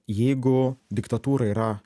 jeigu diktatūra yra